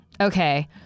okay